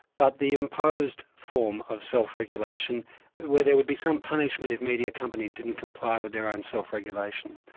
but the imposed form of self-regulation where there would be some punishment if media companies didn't comply with their own self-regulation.